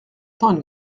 tend